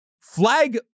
flag